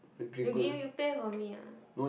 you give you pay for me lah